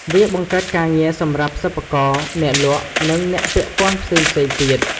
វាបង្កើតការងារសម្រាប់សិប្បករ អ្នកលក់ និងអ្នកពាក់ព័ន្ធផ្សេងៗទៀត។